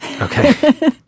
Okay